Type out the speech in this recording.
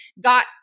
Got